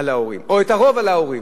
על ההורים, או את הרוב על ההורים.